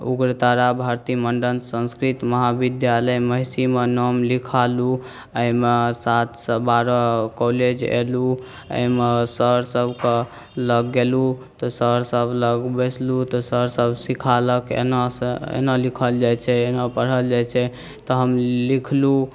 उग्रतारा भारती मण्डन संस्कृत महाविद्यालय महिषीमे नाम लिखेलहुँ अहिना सातसँ बारह कॉलेज अएलहुँ एहिमे सर सबके लग गेलहुँ तऽ सरसब लग बैसलहुँ तऽ सरसब सिखौलक एना लिखल जाइ छै एना पढ़ल जाइ छै तऽ हम लिखलहुँ